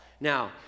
Now